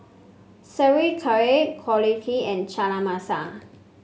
Sauerkraut Korokke and Chana Masala